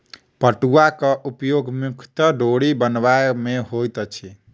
पटुआक उपयोग मुख्यतः डोरी बनयबा मे होइत अछि